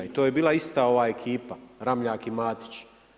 I to je bila ista ova ekipa Ramljak i Matić.